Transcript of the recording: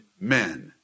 men